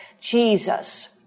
Jesus